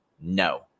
No